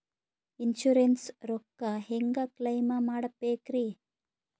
Insurance ರೊಕ್ಕ ಹೆಂಗ claim ಮಾಡ್ಬೇಕ್ರಿ?